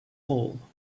hole